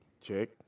Check